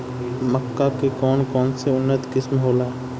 मक्का के कौन कौनसे उन्नत किस्म होला?